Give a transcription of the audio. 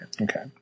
Okay